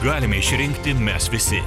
galime išrinkti mes visi